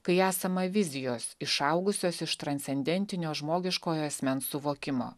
kai esama vizijos išaugusios iš transcendentinio žmogiškojo asmens suvokimo